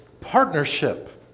partnership